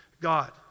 God